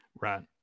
right